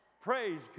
Praise